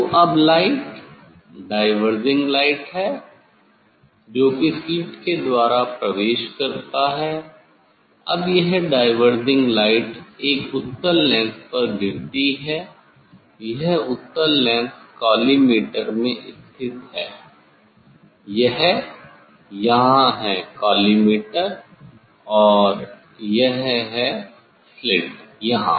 तो अब light diverging light है जोकि स्लिट के द्वारा प्रवेश करता है अब यह डायवर्जिंग लाइट एक उत्तल लेंस पर गिरती है यह उत्तल लेंस कॉलीमेटर में स्थित है यह यहां है कॉलीमेटर और यह है स्लिट यहां